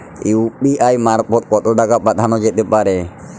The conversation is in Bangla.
ইউ.পি.আই মারফত কত টাকা পাঠানো যেতে পারে?